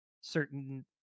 certain